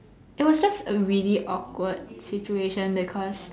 it was just a really awkward situation because